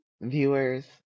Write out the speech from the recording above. viewers